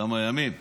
כמה ימים.